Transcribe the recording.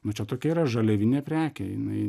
nu čia tokia yra žaliavinė prekė jinai